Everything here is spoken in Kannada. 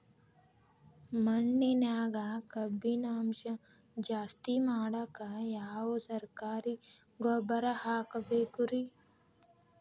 ಮಣ್ಣಿನ್ಯಾಗ ಕಬ್ಬಿಣಾಂಶ ಜಾಸ್ತಿ ಮಾಡಾಕ ಯಾವ ಸರಕಾರಿ ಗೊಬ್ಬರ ಹಾಕಬೇಕು ರಿ?